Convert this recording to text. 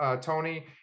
Tony